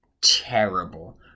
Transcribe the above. terrible